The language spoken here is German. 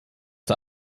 der